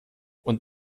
und